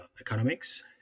economics